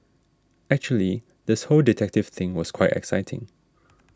actually this whole detective thing was quite exciting